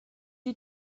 you